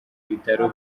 ibitaro